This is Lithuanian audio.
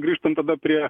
grįžtant prie